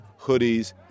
Hoodies